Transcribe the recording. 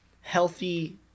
Healthy